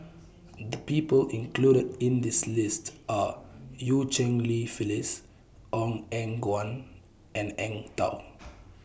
The People included in This list Are EU Cheng Li Phyllis Ong Eng Guan and Eng Tow